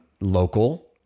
local